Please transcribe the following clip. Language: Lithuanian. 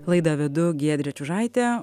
laidą vedu giedrė čiužaitė